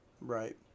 Right